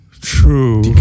true